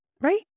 Right